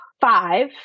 five